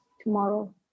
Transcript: tomorrow